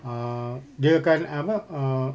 err dia akan apa uh